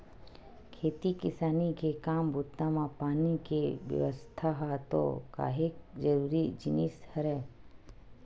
खेती किसानी के काम बूता म पानी के बेवस्था ह तो काहेक जरुरी जिनिस हरय